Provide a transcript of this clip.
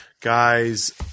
guys